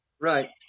Right